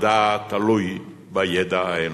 מדע תלוי בידע האנושי.